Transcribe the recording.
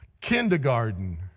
kindergarten